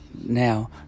Now